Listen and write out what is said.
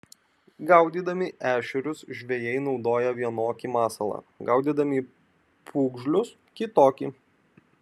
gaudydami ešerius žvejai naudoja vienokį masalą gaudydami pūgžlius kitokį